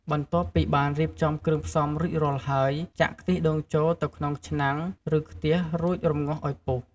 បន្ទាប់ពីបានរៀបចំគ្រឿងផ្សំរួចរាល់ហើយ ចាក់ខ្ទិះដូងចូល ទៅក្នុងឆ្នាំង ឬខ្ទះ រួច រម្ងាស់ឲ្យពុះ។